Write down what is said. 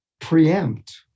preempt